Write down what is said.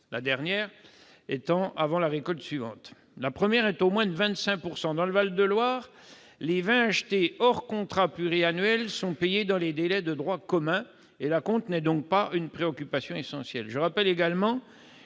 la dernière intervenant avant la récolte suivante et la première est au moins de 25 %. Dans le Val de Loire, les vins achetés hors contrats pluriannuels sont payés dans les délais de droit commun, l'acompte n'est donc pas une préoccupation essentielle.